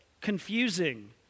confusing